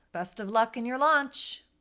best of luck in your launch.